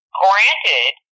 granted